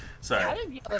Sorry